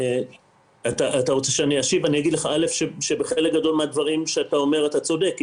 בחלק גדול מהדברים שאתה אומר אתה צודק.